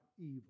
evil